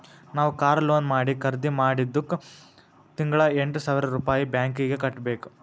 ನಾವ್ car loan ಮಾಡಿ ಖರ್ದಿ ಮಾಡಿದ್ದುಕ್ ತಿಂಗಳಾ ಎಂಟ್ ಸಾವಿರ್ ರುಪಾಯಿ ಬ್ಯಾಂಕೀಗಿ ಕಟ್ಟಬೇಕ್